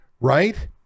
right